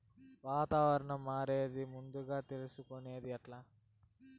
వాతావరణం మారేది ముందుగా తెలుసుకొనేది ఎట్లా?